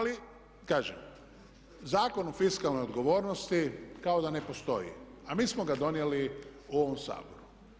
Ali kažem, Zakon o fiskalnoj odgovornosti kao da ne postoji a mi smo ga donijeli u ovom Saboru.